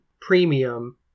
premium